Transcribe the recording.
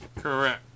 Correct